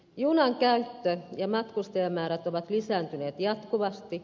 junan käyttö ja matkustajamäärät ovat lisääntyneet jatkuvasti